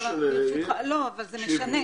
לא, אבל זה משנה.